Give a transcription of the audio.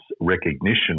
recognition